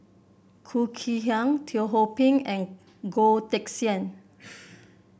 Khoo Kay Hian Teo Ho Pin and Goh Teck Sian